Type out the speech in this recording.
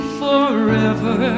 forever